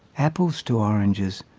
apples to oranges,